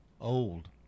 Old